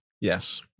Yes